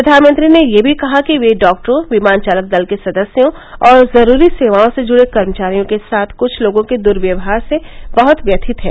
प्रधानमंत्री ने यह भी कहा कि वे डॉक्टरों विमान चालक दल के सदस्यों और जरूरी सेवाओं से जुड़े कर्मचारियों के साथ कुछ लोगों के दुर्वयवहार से बहुत व्यथित हैं